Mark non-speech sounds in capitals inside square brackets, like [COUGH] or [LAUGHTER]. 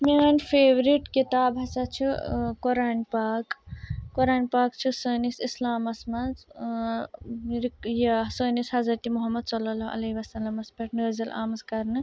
میٛٲنۍ فیورِٹ کِتاب ہَسا چھِ ٲں قۄرانِ پاک قۄرانِ پاک چھُ سٲنِس اِسلامَس منٛز ٲں [UNINTELLIGIBLE] یہِ سٲنِس حضرتِ محمد صلی اللہ علیہ وَسلمَس پؠٹھ نٲزِل آمٕژ کرنہٕ